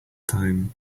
time